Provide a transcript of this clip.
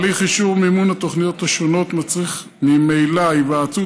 הליך אישור מימון התוכניות השונות מצריך ממילא היוועצות